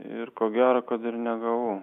ir ko gero kad ir negavau